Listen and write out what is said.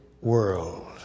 world